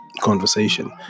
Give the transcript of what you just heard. conversation